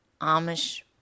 Amish